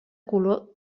color